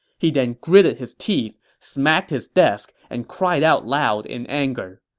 he then gritted his teeth, smacked his desk, and cried out loud in anger.